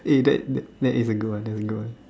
eh that that that is a good one that is a good one